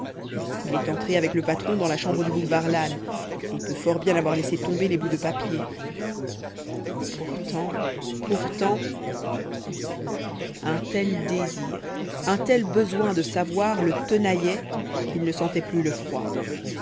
il est entré avec le patron dans la chambre du boulevard lannes et peut fort bien avoir laissé tomber les bouts de papier pourtant pourtant un tel désir un tel besoin de savoir le tenaillait qu'il ne sentait plus le froid